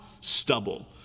stubble